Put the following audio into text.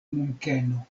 munkeno